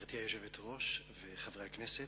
גברתי היושבת-ראש, חברי הכנסת,